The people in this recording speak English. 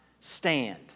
stand